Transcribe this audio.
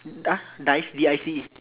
di~ dice D I C E